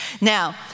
Now